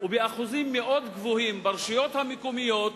ובשיעורים מאוד גבוהים ברשויות המקומיות,